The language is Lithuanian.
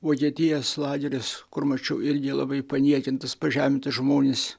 vokietijos lageriuos kur mačiau irgi labai paniekintus pažemintus žmones